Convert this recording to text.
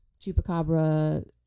chupacabra